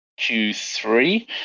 Q3